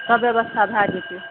सब व्यवस्था भए जेतै